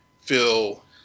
feel